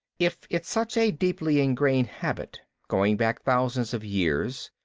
if it's such a deeply ingrained habit, going back thousands of years,